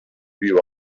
viu